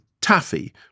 Taffy